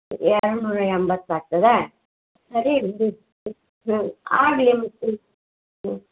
ಎರಡ್ನೂರಾ ಎಂಬತ್ತು ಆಗ್ತದೆ ಸರಿ ಬಿಡು ಹ್ಞೂ ಆಗ್ಲಿ ಹ್ಞೂ ಹ್ಞೂ